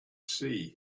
sea